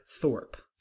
thorpe